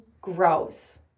grows